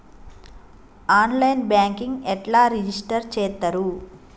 On line banking ఎట్లా register చేత్తరు?